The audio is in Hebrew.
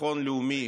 לביטחון לאומי